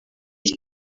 iki